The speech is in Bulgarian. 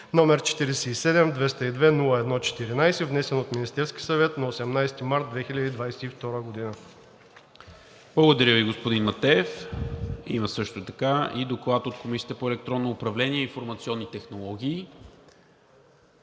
№ 47-202-01-14, внесен от Министерския съвет на 18 март 2022 г.“ ПРЕДСЕДАТЕЛ НИКОЛА МИНЧЕВ: Благодаря Ви, господин Матеев. Има също така и Доклад от Комисията по електронно управление и информационни технологии.